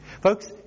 Folks